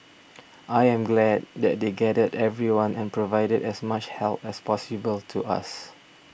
I am glad that they gathered everyone and provided as much help as possible to us